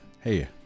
Hey